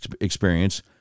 experience